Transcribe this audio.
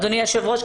אדוני היושב-ראש,